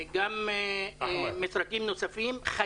גם משרדים נוספים,